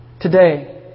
today